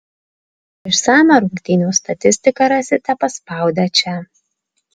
išsamią rungtynių statistiką rasite paspaudę čia